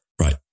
Right